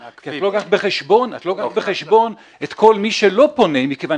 כי את לא לוקחת בחשבון את כל מי שלא פונה מכיוון